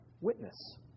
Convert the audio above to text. Witness